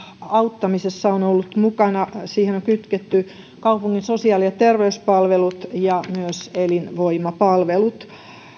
auttamisessa ovat olleet mukana ja siihen on kytketty kaupungin sosiaali ja terveyspalvelut ja myös elinvoimapalvelut